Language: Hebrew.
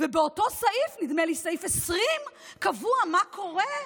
ובאותו סעיף, נדמה לי סעיף 20, קבוע מה קורה,